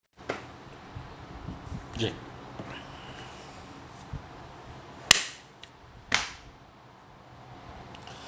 ya